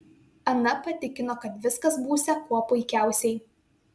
ana patikino kad viskas būsią kuo puikiausiai